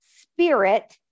spirit